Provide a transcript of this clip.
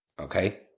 Okay